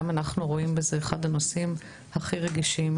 גם אנחנו רואים בזה אחד הנושאים הכי רגישים,